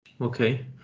Okay